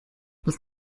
what